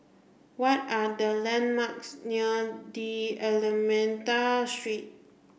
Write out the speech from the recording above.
what are the landmarks near D'almeida Street